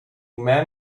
man